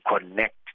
connect